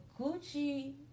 Gucci